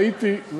ראיתי,